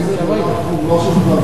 פופוליזם זה תחום לא שלך ולא שלי.